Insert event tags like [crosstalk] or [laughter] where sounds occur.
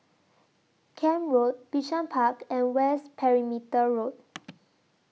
Camp Road Bishan Park and West Perimeter Road [noise]